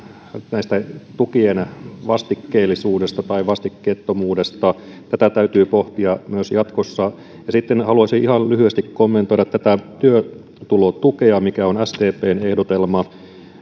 tukien vastikkeellisuudesta tai vastikkeettomuudesta tätä täytyy pohtia myös jatkossa sitten haluaisin ihan lyhyesti kommentoida tätä työtulotukea mikä on sdpn ehdotelma